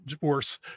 worse